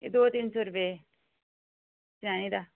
एह् दो तिन सौ रपे चाएं दा